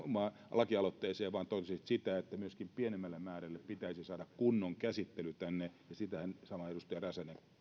lakialoitteeseen vaan todennäköisesti sitä että myöskin pienemmälle määrälle pitäisi saada kunnon käsittely tänne ja sitä samaahan edustaja räsänen